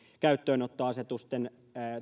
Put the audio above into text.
käyttöönottoasetusten